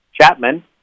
Chapman